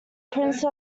prince